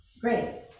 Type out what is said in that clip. Great